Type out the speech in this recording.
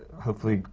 hopefully,